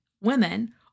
women